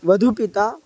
वधूपिता